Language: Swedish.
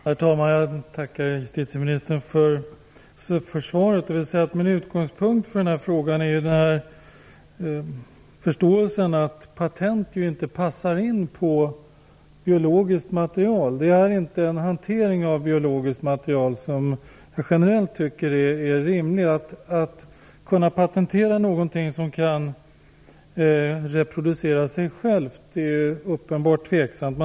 Herr talman! Jag tackar justitieministern för svaret. Min utgångspunkt för den här frågan är förståelse för att patent inte passar in på hantering av biologiskt material. Generellt är det inte rimligt att kunna patentera någonting som kan reproducera sig självt. Det är uppenbart tvivelaktigt.